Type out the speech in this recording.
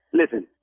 listen